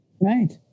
Right